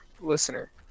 listener